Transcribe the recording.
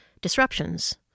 Disruptions